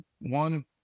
one